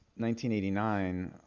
1989